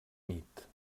nit